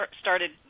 started